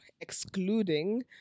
excluding